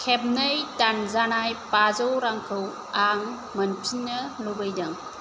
खेबनै दानजानाय बाजौ रांखौ आं मोनफिन्नो लुबैदों